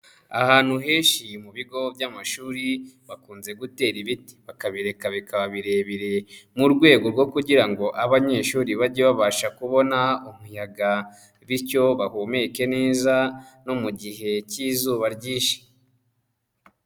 Ahantu henshi mu bigo by'amashuri bakunze gutera ibiti, bakabireka bikaba birebire, mu rwego rwo kugira ngo abanyeshuri bajye babasha kubona umuyaga bityo bahumeke neza no mu gihe cy'izuba ryinshi.